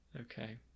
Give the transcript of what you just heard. Okay